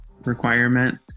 Requirement